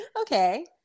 Okay